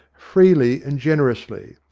freely and gener ously,